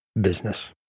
business